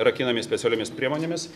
rakinami specialiomis priemonėmis